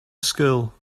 school